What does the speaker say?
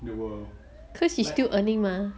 in the world like